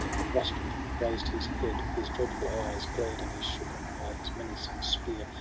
then rustum raised his head his dreadful eyes glared, and he shook on high his menacing spear,